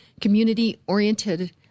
community-oriented